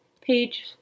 page